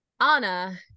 Anna